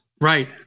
Right